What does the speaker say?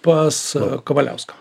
pas kavaliauską